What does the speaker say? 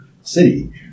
city